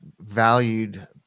valued